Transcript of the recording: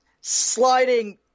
sliding